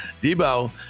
Debo